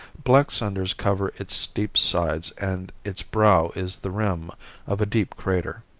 black cinders cover its steep sides and its brow is the rim of a deep crater.